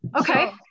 Okay